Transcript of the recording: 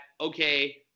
okay